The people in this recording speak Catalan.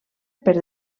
per